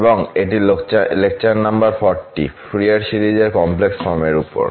এবং এটি lecture number 40 Fourier series এর কমপ্লেক্স ফর্ম এর উপর